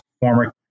former